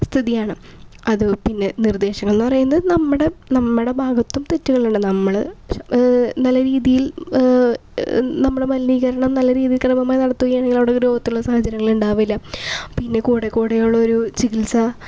സ്ഥിതിയാണ് അത് പിന്നെ നിർദ്ദേശങ്ങൾ എന്ന് പറയുന്നത് നമ്മുടെ നമ്മുടെ ഭാഗത്തും തെറ്റുകൾ ഉണ്ട് നമ്മൾ നല്ല രീതിയിൽ നമ്മുടെ മലിനീകരണം നല്ല രീതിയിൽ ക്രമമായി നടത്തുകയാണെങ്കിൽ രോഗത്തിനുള്ള സാഹചര്യങ്ങൾ ഉണ്ടാവില്ല പിന്നെ കൂടെ കൂടെ ഉള്ള ഒരു ചികിത്സ